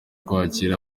kwakira